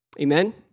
Amen